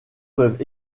peuvent